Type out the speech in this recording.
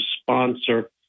sponsor